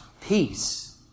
Peace